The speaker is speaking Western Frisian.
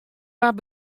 waard